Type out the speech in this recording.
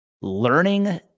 learning